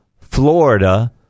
Florida